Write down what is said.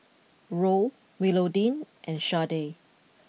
Roll Willodean and Sharday